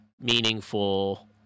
meaningful